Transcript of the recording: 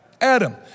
Adam